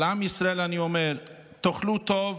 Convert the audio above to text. ולעם ישראל אני אומר: תאכלו טוב,